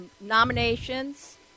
nominations